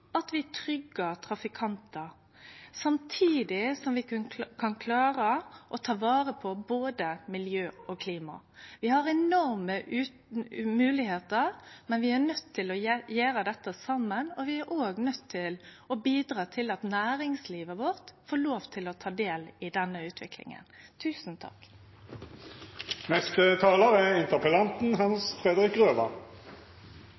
at vi tryggjar trafikantar, samtidig som vi kan klare å ta vare på både miljø og klima. Vi har enorme moglegheiter, men vi er nøydde til å gjere dette saman, og vi er òg nøydde til å bidra til at næringslivet vårt får lov til å ta del i denne utviklinga.